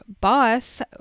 boss